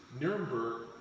Nuremberg